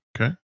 Okay